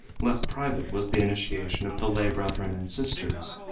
less private was the initiation of the lay brethren and sisters,